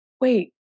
wait